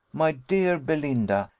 my dear belinda,